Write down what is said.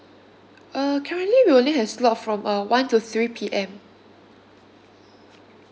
uh currently we only have slot from uh one to three P_M